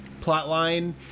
plotline